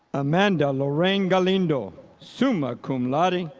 amanda lorraine galindo, summa cum laude,